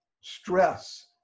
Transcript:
Stress